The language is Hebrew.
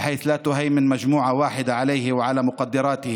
אשר בה חבורה אחת לא תשלוט על החברה ועל משאביה.